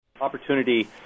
Opportunity